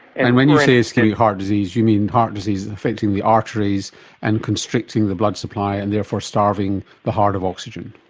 and when you say ischaemic heart disease you mean heart disease affecting the arteries and constricting the blood supply and therefore starving the heart of oxygen.